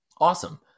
awesome